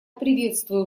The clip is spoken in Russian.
приветствую